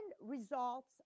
results